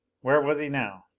where was he now?